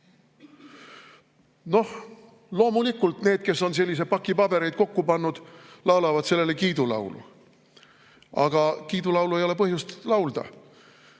Loomulikult need, kes on sellise paki pabereid kokku pannud, laulavad sellele kiidulaulu. Aga kiidulaulu ei ole põhjust laulda. Üks